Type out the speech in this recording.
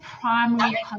primary